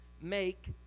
make